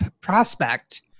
prospect